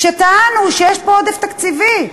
כשטענּו שיש פה עודף תקציבי,